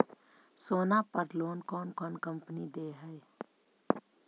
सोना पर लोन कौन कौन कंपनी दे है?